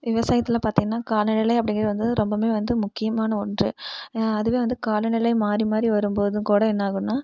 விவசாயத்தில் பார்த்தீங்கன்னா காலநிலை அப்படிங்குறது வந்து ரொம்பவுமே வந்து முக்கியமான ஒன்று அதுவே வந்து காலநிலை மாறி மாறி வரும்போது கூட என்னாகும்னால்